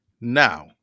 Now